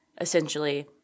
essentially